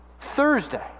Thursday